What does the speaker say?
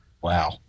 Wow